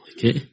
Okay